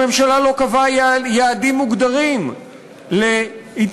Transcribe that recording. הממשלה לא קבעה יעדים מוגדרים להתייעלות.